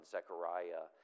Zechariah